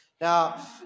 Now